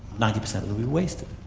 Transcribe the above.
ninety percent will be wasted.